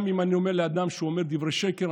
גם אם אני אומר לאדם שהוא אומר דברי שקר,